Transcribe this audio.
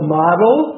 model